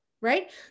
right